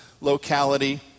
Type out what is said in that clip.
locality